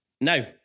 now